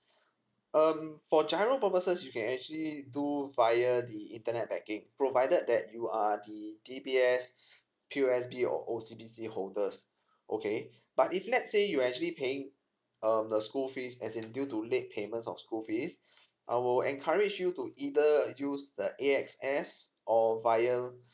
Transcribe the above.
um for giro purposes you can actually do via the internet banking provided that you are the D B S P O S B or O C B C holders okay but if let's say you're actually paying um the school fees as in due to late payment of school fees I will encourage you to either use the A X S or via